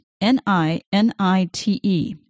N-I-N-I-T-E